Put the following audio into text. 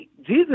Jesus